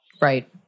Right